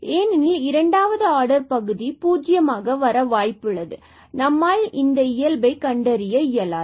ஏனெனில் இரண்டாவது ஆர்டர் பகுதி பூஜ்ஜியமாக வர வாய்ப்புள்ளது பின்பு நம்மால் இந்த இயல்பை கண்டறிய இயலாது